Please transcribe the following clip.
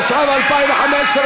התשע"ו 2015,